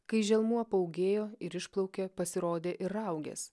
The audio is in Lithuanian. kai želmuo paūgėjo ir išplaukė pasirodė ir raugės